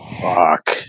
Fuck